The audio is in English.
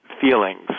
feelings